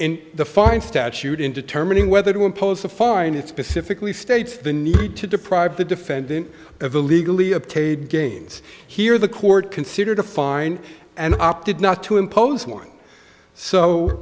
in the fine statute in determining whether to impose a fine it's pacifically states the need to deprive the defendant of illegally obtained gains here the court considered a fine and opted not to impose one so